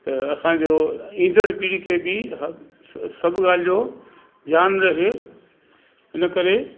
त असांजो ईंदड़ पीढ़ी खे बि स सभु ॻाल्हि जो ध्यानु रहे इन करे